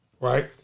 right